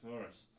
first